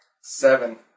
Seven